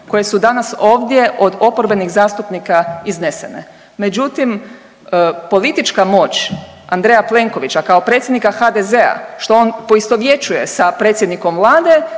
koje su danas ovdje od oporbenih zastupnika iznesene. Međutim, politička moć Andreja Plenkovića kao predsjednika HDZ-a, što on poistovjećuje sa predsjednikom Vlade